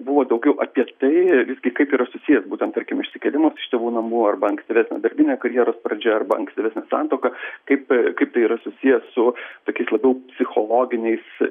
buvo daugiau apie tai visgi kaip yra susijęs būtent tarkim išsikėlimas iš tėvų namų arba ankstyvesnė darbinė karjeros pradžia arba ankstyvesnė santuoka kaip kaip tai yra susiję su tokiais labiau psichologiniais